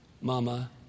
mama